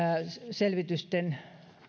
selvitysten